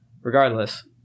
Regardless